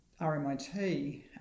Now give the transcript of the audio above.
RMIT